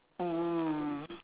mm